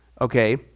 okay